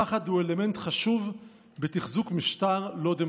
פחד הוא אלמנט חשוב בתחזוק משטר לא דמוקרטי".